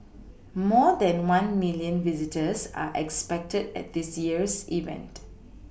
more than one milLion visitors are expected at this year's event